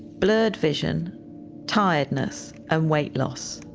blurred vision tiredness and weight loss.